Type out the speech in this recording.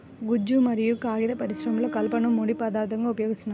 గుజ్జు మరియు కాగిత పరిశ్రమలో కలపను ముడి పదార్థంగా ఉపయోగిస్తున్నారు